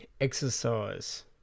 Exercise